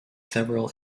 several